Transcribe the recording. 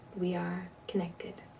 we are connected.